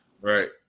Right